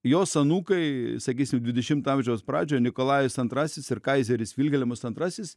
jos anūkai sakysim dvidešimto amžiaus pradžioje nikolajus antrasis ir kaizeris vilhelmas antrasis